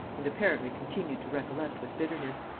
and apparently continued to recollect with bitterness.